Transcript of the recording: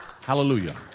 Hallelujah